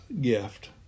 gift